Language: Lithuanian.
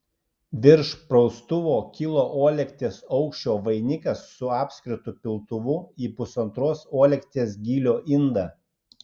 virš praustuvo kilo uolekties aukščio vainikas su apskritu piltuvu į pusantros uolekties gylio indą